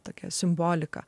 tokia simbolika